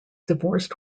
divorced